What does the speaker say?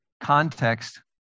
context